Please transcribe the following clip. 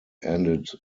ended